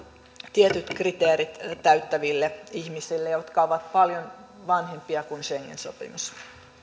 tietyt kriteerit täyttäville ihmisille ja jotka ovat paljon vanhempia kuin schengen sopimus